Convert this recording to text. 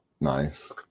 nice